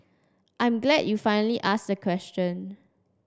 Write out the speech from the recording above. I'm glad you finally asked a question